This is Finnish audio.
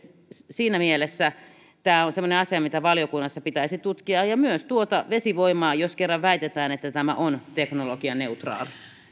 siinä mielessä tämä on semmoinen asia mitä valiokunnassa pitäisi tutkia kuten tuota vesivoimaa jos kerran väitetään että tämä on teknologianeutraali